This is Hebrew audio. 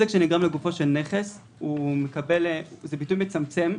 נזק שנגרם לגופו של נכס זה ביטוי מצמצם,